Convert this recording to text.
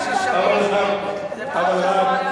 אבל רק,